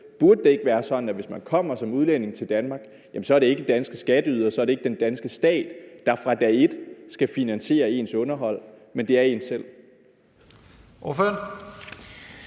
Burde det ikke være sådan, at hvis man kommer som udlænding til Danmark, er det ikke danske skatteydere og ikke den danske stat, der fra dag et skal finansiere ens underhold, men at det er en selv? Kl.